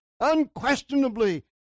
unquestionably